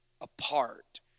apart